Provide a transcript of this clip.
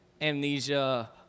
amnesia